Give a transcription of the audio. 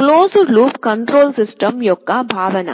closed loop control system యొక్క భావన